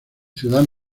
ciudad